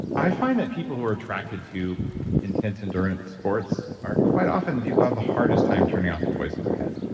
i find that people who are attracted to intense endurance sports are quite often the people who have the hardest time turning off the voice in their head.